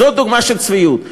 זו דוגמה של צביעות.